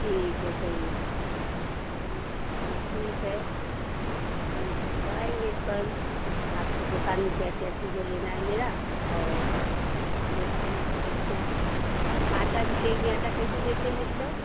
ठीक है सही है चलिए हाँ ठीक है ठीक है तो आएँगे कल आपको दुकान में क्या क्या चीज़ है लेना है मेरा और दुकान में भी देखना है कि आटा भी लेगी आटा कैसे देते हैं आप लोग